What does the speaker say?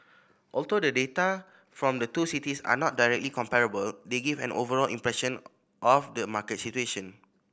although the data from the two cities are not directly comparable they give an overall impression of the market situation